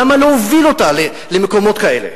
למה להוביל אותה למקומות כאלה?